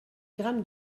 grammes